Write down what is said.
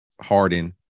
Harden